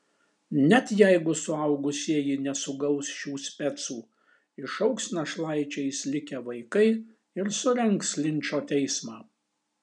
net jeigu suaugusieji nesugaus šių specų išaugs našlaičiais likę vaikai ir surengs linčo teismą